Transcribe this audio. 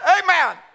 amen